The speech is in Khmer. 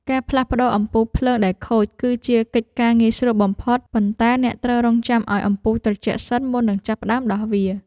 ការផ្លាស់ប្តូរអំពូលភ្លើងដែលខូច គឺជាកិច្ចការងាយស្រួលបំផុត ប៉ុន្តែអ្នកត្រូវរង់ចាំឱ្យអំពូលត្រជាក់សិនមុននឹងចាប់ផ្តើមដោះវា។